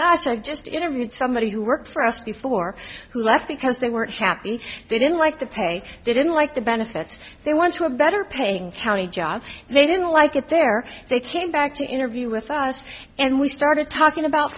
gosh i've just interviewed somebody who worked for us before who left because they weren't happy they didn't like the pay they didn't like the benefits they want to a better paying county job they didn't like it there they came back to interview with us and we started talking about